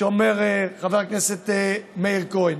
חובות עבר, אומר חבר הכנסת מאיר כהן.